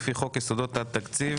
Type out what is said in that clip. לפי חוק יסודות התקציב.